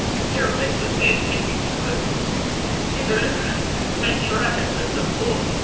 and geraldine was there to get me through it you know and made sure i had the support,